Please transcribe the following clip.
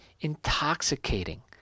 intoxicating